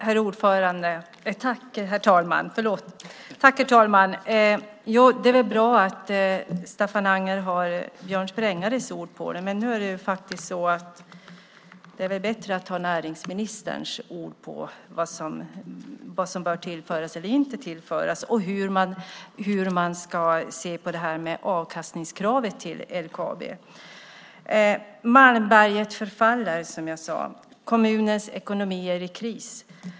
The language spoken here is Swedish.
Herr talman! Det är ju bra att Staffan Anger har Björn Sprängares ord på det, men det är väl bättre att ha näringsministerns ord på vad som bör tillföras eller inte tillföras och hur man ska se på avkastningskravet till LKAB. Malmberget förfaller, som jag sade. Kommunens ekonomi är i kris.